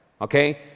okay